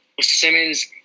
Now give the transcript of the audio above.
Simmons